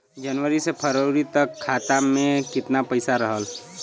जनवरी से फरवरी तक खाता में कितना पईसा रहल?